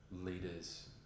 leaders